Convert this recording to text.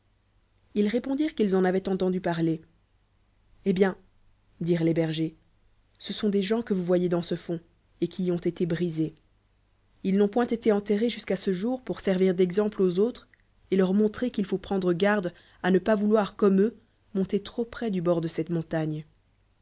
ils répondirent qu'ils en avoient enten du parler eh bien dirent les berers ce sont des gens que vous voyei dana ce fond ct qui y ont été brisés ils n'ont point été enterrés jusqu'à ce jour pour servir d'excdlple aux autres et leur montrer qu'il faut prendre garde à ne pas vouloir comme eux monter trop près du bord de cette montagne